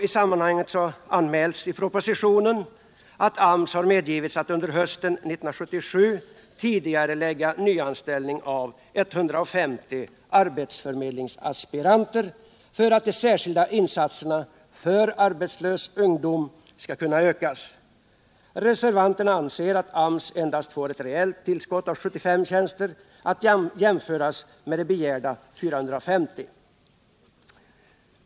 I sammanhanget anmäls i propositionen att AMS har medgivits att under hösten 1977 tidigarelägga nyanställning av 150 arbetsförmedlingsaspiranter för att de särskilda insatserna för arbetslös ungdom skall kunna ökas. Reservanterna anser att AMS får ett reellt tillskott av endast 75 tjänster, att jämföras med begärda 450.